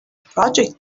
project